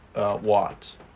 watts